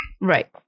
Right